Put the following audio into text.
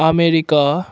America